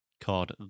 called